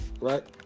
right